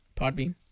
Podbean